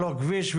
לא כביש,